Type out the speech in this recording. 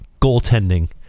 goaltending